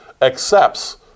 accepts